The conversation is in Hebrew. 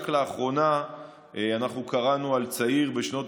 רק לאחרונה אנחנו קראנו על צעיר בשנות